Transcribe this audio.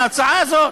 מההצעה הזאת?